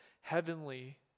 heavenly